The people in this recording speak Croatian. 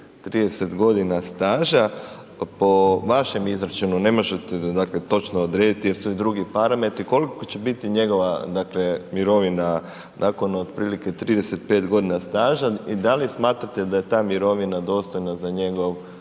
30 g. staža po vašem izračunu, ne možete dakle točno odrediti jer su i drugi parametri, koliko će biti njegova mirovina nakon otprilike 35 g. staža i da li smatrate da je ta mirovina dostojna za njegov